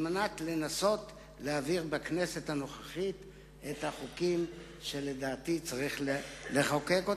על מנת לנסות להעביר בכנסת הנוכחית את החוקים שלדעתי צריך לחוקק אותם,